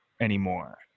anymore